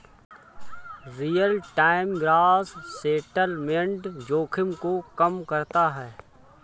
real time gross settlement जोखिम को कम करता है